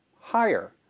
Higher